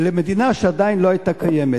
למדינה שעדיין לא היתה קיימת,